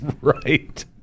Right